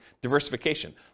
diversification